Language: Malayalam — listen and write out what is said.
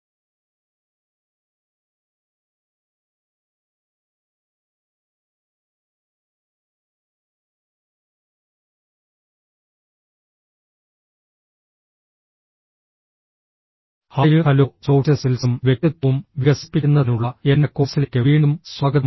ഹായ് ഹലോ സോഫ്റ്റ് സ്കിൽസും വ്യക്തിത്വവും വികസിപ്പിക്കുന്നതിനുള്ള എന്റെ കോഴ്സിലേക്ക് വീണ്ടും സ്വാഗതം